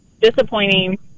Disappointing